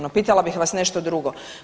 No, pitala bih vas nešto drugo.